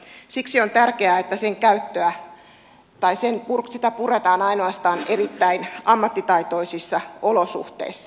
siksi on tärkeää että sitä puretaan ainoastaan erittäin ammattitaitoisissa olosuhteissa